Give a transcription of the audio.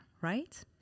right